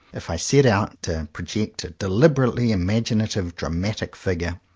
if i set out to project a deliberately imaginative dramatic figure,